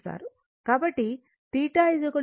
కాబట్టి θ tan 1 Lω R అని నిర్వచించాము